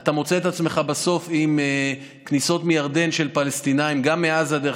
אתה מוצא את עצמך בסוף עם כניסות של פלסטינים מירדן.